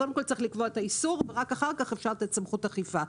קודם כל צריך לקבוע את האיסור ורק אחר כך אפשר לתת סמכות אכיפה.